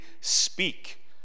speak